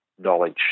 knowledge